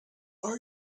are